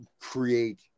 create